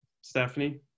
Stephanie